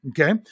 Okay